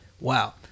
Wow